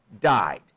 died